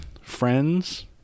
Friends